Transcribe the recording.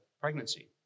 pregnancy